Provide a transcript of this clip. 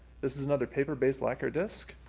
this is another paper based lacquer disc.